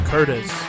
Curtis